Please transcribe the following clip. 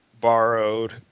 borrowed